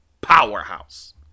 powerhouse